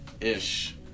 ish